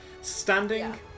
Standing